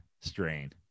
strain